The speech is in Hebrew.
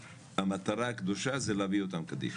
כשהמטרה הקדושה היא להביא אותם קדימה.